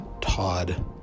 Todd